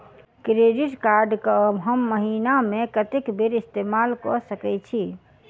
Credit card कऽ हम महीना मे कत्तेक बेर इस्तेमाल कऽ सकय छी?